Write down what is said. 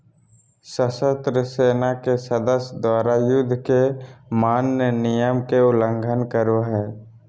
सशस्त्र सेना के सदस्य द्वारा, युद्ध के मान्य नियम के उल्लंघन करो हइ